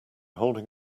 holding